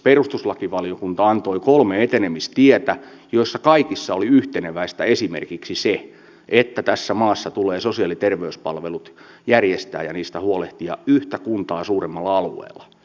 perustuslakivaliokunta antoi kolme etenemistietä joissa kaikissa oli yhteneväistä esimerkiksi se että tässä maassa tulee sosiaali ja terveyspalvelut järjestää ja niistä huolehtia yhtä kuntaa suuremmalla alueella